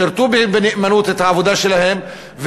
שירתו בנאמנות בעבודה שלהם,